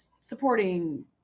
supporting